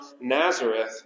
Nazareth